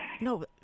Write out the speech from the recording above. No